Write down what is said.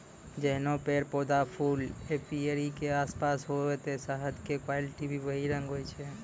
जैहनो पेड़, पौधा, फूल एपीयरी के आसपास होतै शहद के क्वालिटी भी वही रंग होय छै